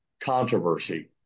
controversy